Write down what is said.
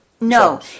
No